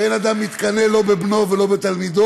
שאין אדם מתקנא לא בבנו ולא בתלמידו,